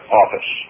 office